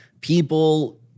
people